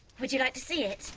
would you like to see it.